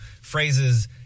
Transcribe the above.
phrases